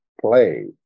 play